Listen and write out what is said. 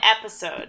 episode